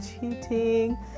cheating